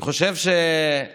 אני חושב שזה,